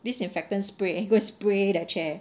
disinfectant spray and go spray that chair